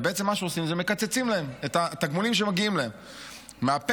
ומה שעושים זה שמקצצים להן את התגמולים שמגיעים להן מהפנסיה,